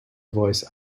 voice